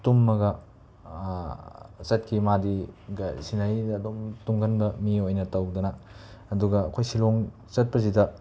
ꯇꯨꯝꯃꯒ ꯆꯠꯈꯤ ꯃꯥꯗꯤ ꯒꯥ ꯁꯤꯅꯔꯤꯗ ꯑꯗꯨꯝ ꯇꯨꯝꯒꯟꯕ ꯃꯤ ꯑꯣꯏꯅ ꯇꯧꯗꯅ ꯑꯗꯨꯒ ꯑꯩꯈꯣꯏ ꯁꯤꯂꯣꯡ ꯆꯠꯄꯁꯤꯗ